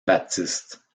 baptiste